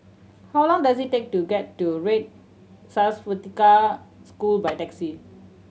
how long does it take to get to Red Swastika School by taxi